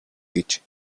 гэж